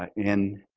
but in